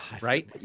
right